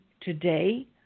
today